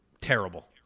Terrible